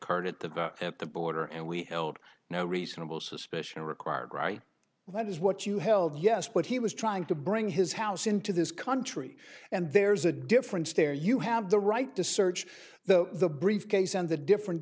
occurred at the at the border and we know reasonable suspicion required right that is what you held yes but he was trying to bring his house into this country and there's a difference there you have the right to search the briefcase and the different